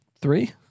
three